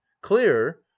clear